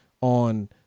on –